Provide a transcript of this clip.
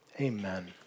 Amen